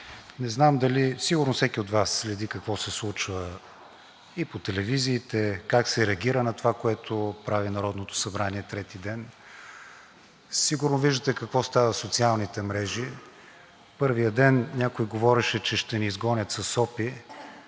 няколко думи. Сигурно всеки от Вас следи какво се случва и по телевизиите, как се реагира на това, което прави Народното събрание трети ден, сигурно виждате какво става в социалните мрежи. Първия ден някой говореше, че ще ни изгонят със сопи,